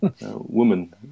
woman